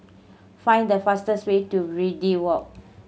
find the fastest way to Verde Walk